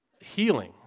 Healing